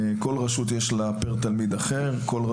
בכל רשות זה אחר לכל תלמיד,